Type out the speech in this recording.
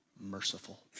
merciful